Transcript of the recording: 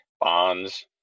bonds